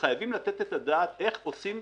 וחייבים לתת את הדעת איך עושים,